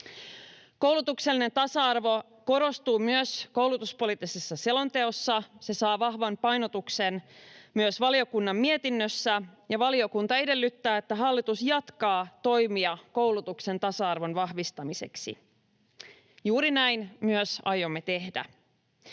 Koulutuksellinen tasa-arvo korostuu myös koulutuspoliittisessa selonteossa. Se saa vahvan painotuksen myös valiokunnan mietinnössä, ja valiokunta edellyttää, että hallitus jatkaa toimia koulutuksen tasa-arvon vahvistamiseksi. Juuri näin myös aiomme tehdä.